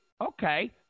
Okay